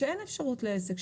שאין אפשרות לעסק,